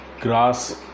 Grass